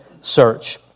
search